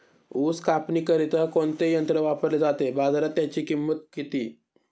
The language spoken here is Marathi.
ऊस कापणीकरिता कोणते यंत्र वापरले जाते? बाजारात त्याची किंमत किती?